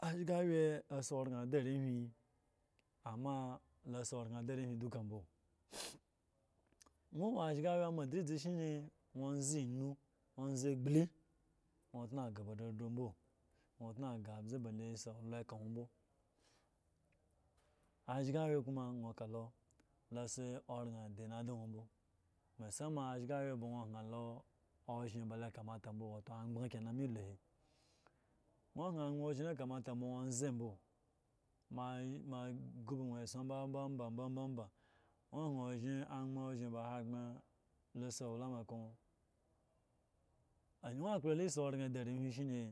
ashgawye asi oran ade arehwi amma lo asi oran ade arehwi duka mbo nwo owo ashgawye ma addlizi an ozenu na ze gle nwo otnu aga ba agro mbo nwo otno aga abza ba lo asi oran dani ada nwo mbo masa ma ashyawye ba nwo ohen lo oshen ba lo kamata mbo wato anyban kenan me lo he, nwo hen anyban oshn ya kamata bo nwo yan mbo mo agu nwo esson bobo mbo nwo yan oshen ba hogbren lo asi walama aka nwo onyu akpolo la abi owalama shine